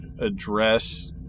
address